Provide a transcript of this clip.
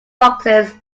boxes